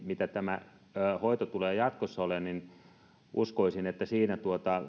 mitä tämä hoito tulee jatkossa olemaan uskoisin että siinä